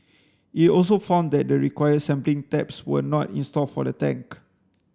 it also found that the required sampling taps were not installed for the tank